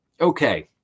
okay